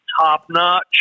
top-notch